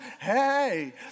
Hey